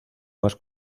más